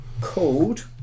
called